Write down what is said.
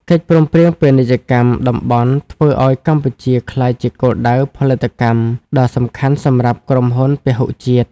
កិច្ចព្រមព្រៀងពាណិជ្ជកម្មតំបន់ធ្វើឱ្យកម្ពុជាក្លាយជាគោលដៅផលិតកម្មដ៏សំខាន់សម្រាប់ក្រុមហ៊ុនពហុជាតិ។